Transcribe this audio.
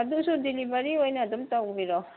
ꯑꯗꯨꯁꯨ ꯗꯤꯂꯤꯕꯔꯤ ꯑꯣꯏꯅ ꯑꯗꯨꯝ ꯇꯧꯕꯤꯔꯣ